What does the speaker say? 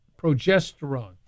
progesterone